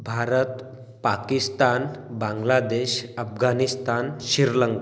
Bharat Pakistan Bangladesh Afghanistan Sri Lanka